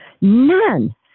none